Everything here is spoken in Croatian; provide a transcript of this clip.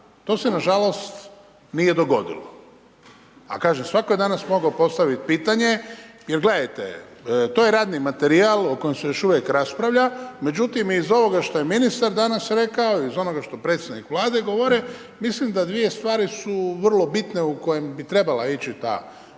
To se nažalost nije dogodilo. Svatko je danas mogao postaviti pitanje, gledajte, to je radni materijal o kojem se još uvijek raspravlja, međutim iz ovoga što je ministar danas rekao i iz onoga što predstavnik Vlade govori, mislim da dvije stvari su vrlo bitne u kojem bi trebala ići ta buduća